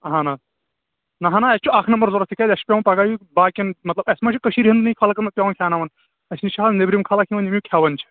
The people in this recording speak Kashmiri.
اَہَن حظ نہَ ہَنا اَسہِ چھُ اَکھ نَمبَر ضروٗرت تِکیٛازِ اَسہِ چھُ پیٚوان پَگَاہ یہِ باقین مَطلَب اَسہِ ما چھُ کٔشیٖرِ ہٕنٛدِنٕے خَلقَن منٛز پیٚوان کھیٛاونَاوُن اَسہِ نِش چھِ حظ نیٚبرِم خَلَق تہِ یِوان یِم یہِ کھیٚوان چھِ